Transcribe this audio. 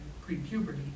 pre-puberty